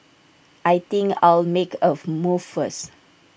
I think I'll make A move first